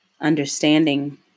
understanding